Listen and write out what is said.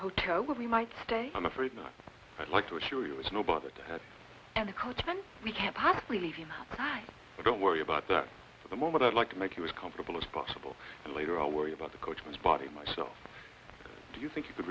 hotel where we might stay i'm afraid not i'd like to assure you it's no bother to have and of course we can't possibly leave you don't worry about that for the moment i'd like to make you as comfortable as possible and later i'll worry about the coachman's body myself do you think you could